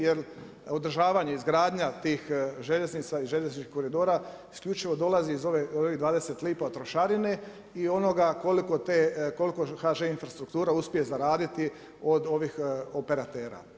Jer održavanje, izgradnja tih željeznica i željezničkih koridora isključivo dolazi iz ovih 20 lipa trošarine i onoga koliko te, koliko HŽ infrastruktura uspije zaraditi od ovih operatera.